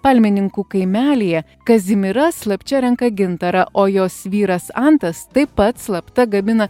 palmininkų kaimelyje kazimira slapčia renka gintarą o jos vyras antas taip pat slapta gamina